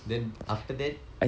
then after that